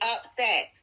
upset